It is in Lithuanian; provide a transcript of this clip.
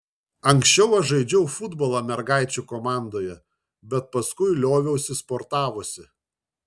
anksčiau aš žaidžiau futbolą mergaičių komandoje bet paskui lioviausi sportavusi